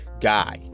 guy